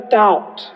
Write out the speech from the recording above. doubt